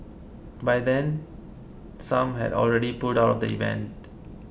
by then some had already pulled out of the event